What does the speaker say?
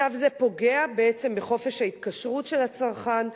מצב זה פוגע בעצם בחופש ההתקשרות של הצרכן,